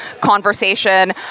conversation